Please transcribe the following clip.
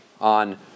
on